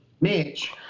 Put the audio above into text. Mitch